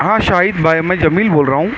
ہاں شاہد بھائی میں جمیل بول رہا ہوں